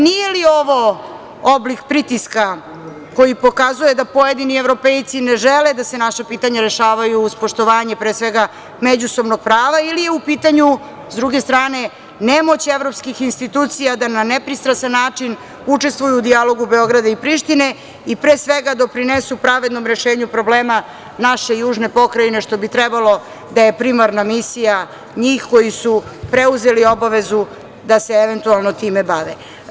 Nije li ovo oblik pritiska koji pokazuje da pojedini evropejci ne žele da se naša pitanja rešavaju uz poštovanje međusobnog prava ili je u pitanju, s druge strane, nemoć evropskih institucija da na nepristrasan način učestvuju u dijalogu Beograd i Prištine i doprinesu pravednom rešenju problema naše južne pokrajine, što bi trebalo da je primarna misija njih koji su preuzeli obavezu da se eventualno time bave?